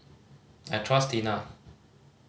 I trust Tena